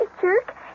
jerk